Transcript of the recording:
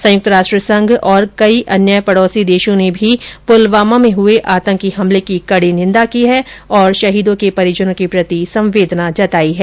संयुक्त राष्ट्र संघ और कई अन्य पडौसी देशों ने भी पुलवामा में हुए आतंकवादी हमले की कड़ी निंदा की है और शहीदों के परिजनों के प्रति संवेदना जताई है